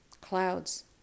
Clouds